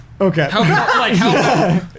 Okay